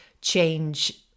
change